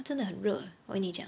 真的很热我跟你讲